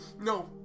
No